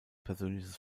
persönliches